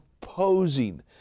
posing